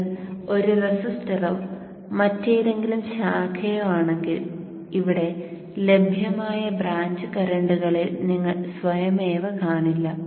ഇത് ഒരു റെസിസ്റ്ററോ മറ്റേതെങ്കിലും ശാഖയോ ആണെങ്കിൽ ഇവിടെ ലഭ്യമായ ബ്രാഞ്ച് കറന്റുകളിൽ നിങ്ങൾ സ്വയമേവ കാണില്ല